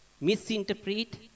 misinterpret